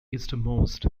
easternmost